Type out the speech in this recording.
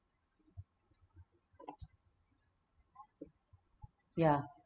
ya